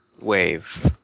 Wave